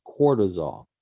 cortisol